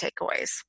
takeaways